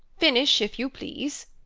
finish, if you please.